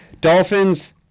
Dolphins